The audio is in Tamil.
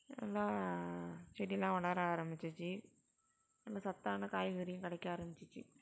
நல்லா செடிலாம் வளர ஆரம்மிச்சிச்சி நல்ல சத்தான காய்கறியும் கிடைக்க ஆரம்மிச்சிச்சி